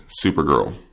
Supergirl